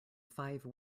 five